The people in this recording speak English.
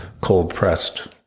cold-pressed